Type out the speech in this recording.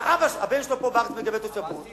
הבן שלו פה בארץ מקבל תושבות,